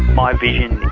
my vision